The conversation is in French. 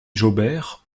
jaubert